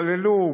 סללו?